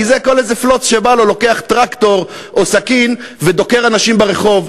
כי כל איזה פלוץ שבא לו לוקח טרקטור או סכין ודוקר אנשים ברחוב.